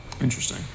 Interesting